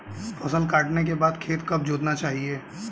फसल काटने के बाद खेत कब जोतना चाहिये?